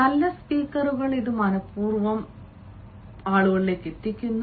നല്ല സ്പീക്കറുകൾ ഇത് മനപൂർവ്വം എത്തിക്കുന്നു